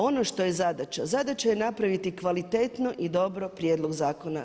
Ono što je zadaća, zadaća je napraviti kvalitetno i dobro prijedlog zakona.